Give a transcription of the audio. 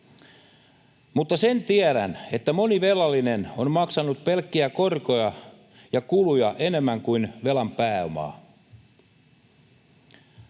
Mutta sen tiedän, että moni velallinen on maksanut pelkkiä korkoja ja kuluja enemmän kuin velan pääomaa.